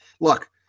look